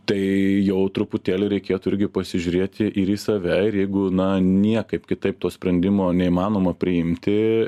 tai jau truputėlį reikėtų irgi pasižiūrėti ir į save ir jeigu na niekaip kitaip to sprendimo neįmanoma priimti